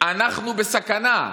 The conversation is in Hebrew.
אנחנו בסכנה.